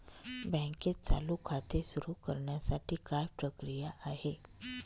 बँकेत चालू खाते सुरु करण्यासाठी काय प्रक्रिया आहे?